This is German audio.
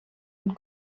und